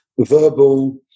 verbal